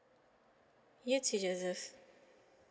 you too joseph